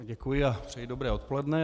Děkuji a přeji dobré odpoledne.